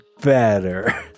better